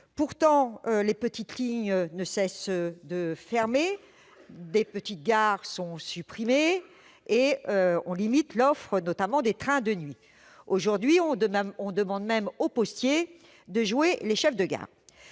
Pourtant, les petites lignes ne cessent de fermer, de petites gares sont supprimées et on limite l'offre notamment des trains de nuit. Aujourd'hui, on demande même aux postiers de jouer les chefs de gare